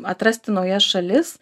atrasti naujas šalis